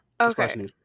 Okay